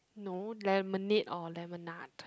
no lemonade or lemonade